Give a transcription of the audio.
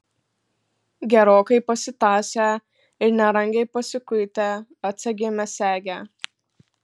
gerokai pasitąsę ir nerangiai pasikuitę atsegėme segę